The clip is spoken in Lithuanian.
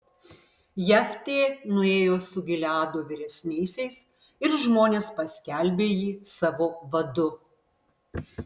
jeftė nuėjo su gileado vyresniaisiais ir žmonės paskelbė jį savo vadu